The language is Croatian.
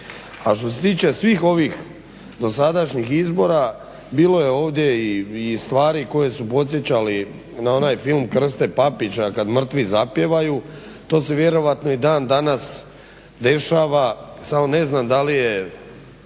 A što se tiče svih ovih dosadašnjih izbora, bilo je ovdje i stvari koje su podsjećali na onaj film Krste Papića "Kad mrtvi zapjevaju", to se vjerojatno i dan danas dešava samo ne znam da li je